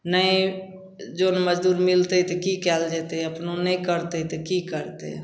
नहि जन मजदूर मिलतै तऽ कि कएल जेतै अपनो नहि करतै तऽ कि करतै